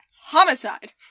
homicide